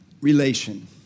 relation